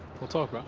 we'll talk bro.